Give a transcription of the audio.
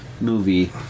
Movie